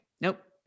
nope